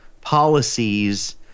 policies